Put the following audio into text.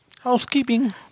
Housekeeping